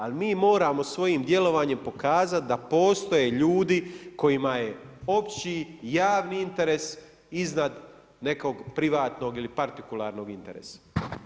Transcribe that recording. Ali mi moramo svojim djelovanjem pokazati da postoje ljudi kojima je opći javni interes iznad nekog privatnog ili partikularnog interesa.